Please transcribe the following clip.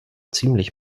ziemlich